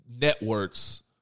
networks